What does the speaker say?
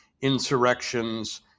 insurrections